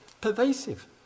pervasive